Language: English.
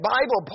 Bible